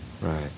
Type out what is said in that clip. right